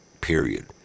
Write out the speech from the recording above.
period